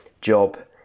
job